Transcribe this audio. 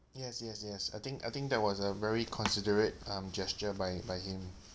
yes yes yes I think I think that was a very considerate um gesture by by him